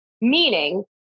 meaning